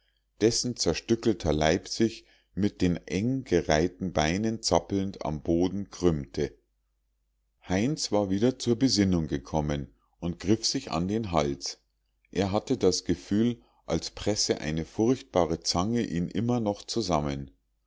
dessen zerstückelter leib sich mit den enggereihten beinen zappelnd am boden krümmte heinz war wieder zur besinnung gekommen und griff sich an den hals er hatte das gefühl als presse eine furchtbare zange ihn immer noch zusammen